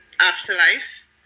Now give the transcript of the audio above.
Afterlife